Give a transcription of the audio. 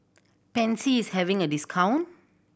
Pansy is having a discount